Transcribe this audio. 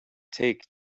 take